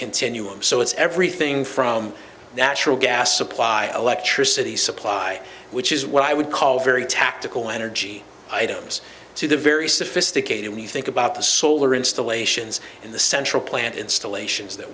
continuum so it's everything from natural gas supply electricity supply which is what i would call very tactical energy items to the very sophisticated we think about the solar installations in the central plant installations that